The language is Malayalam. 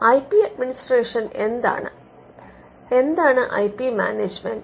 ഐ പി അഡ്മിനിസ്ട്രേഷൻ എന്താണ് ഐ പി മാനേജ്മെന്റ്